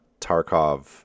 Tarkov